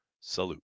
Salute